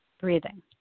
breathing